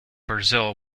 brazil